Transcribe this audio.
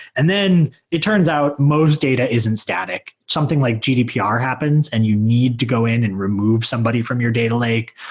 and then it turns out most data isn't static. something like gdpr happens and you need to go in and remove somebody from your data lake.